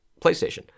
PlayStation